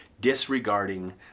disregarding